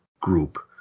group